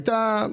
הייתה,